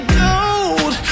gold